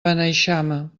beneixama